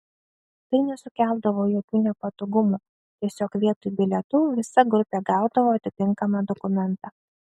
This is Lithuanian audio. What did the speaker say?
tai nesukeldavo jokių nepatogumų tiesiog vietoj bilietų visa grupė gaudavo atitinkamą dokumentą